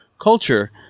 culture